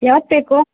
ಯಾವತ್ತು ಬೇಕು